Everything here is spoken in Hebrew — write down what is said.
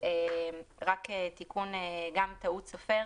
גם כאן יש טעות סופר.